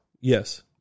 yes